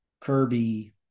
Kirby